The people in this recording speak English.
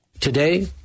Today